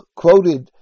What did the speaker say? quoted